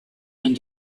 and